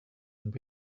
and